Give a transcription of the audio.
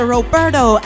Roberto